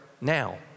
now